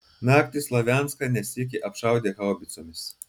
naktį slavianską ne sykį apšaudė haubicomis